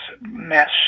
mess